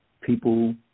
people